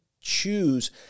choose